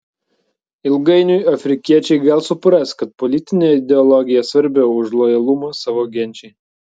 ilgainiui afrikiečiai gal supras kad politinė ideologija svarbiau už lojalumą savo genčiai